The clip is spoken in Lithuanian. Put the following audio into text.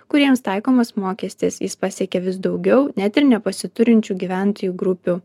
kuriems taikomas mokestis jis pasiekia vis daugiau net ir nepasiturinčių gyventojų grupių